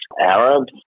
Arabs